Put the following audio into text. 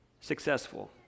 successful